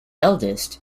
eldest